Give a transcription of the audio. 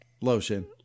lotion